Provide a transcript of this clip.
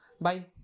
Bye